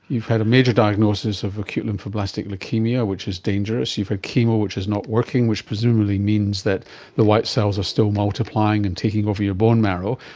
you've had a major diagnosis of acute lymphoblastic leukaemia, which is dangerous, you've had chemo which is not working, which presumably means that the white cells are still multiplying and taking over your bone marrow.